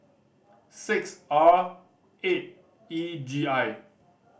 six R eight E G I